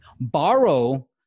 borrow